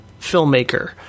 filmmaker